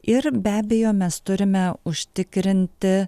ir be abejo mes turime užtikrinti